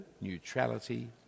neutrality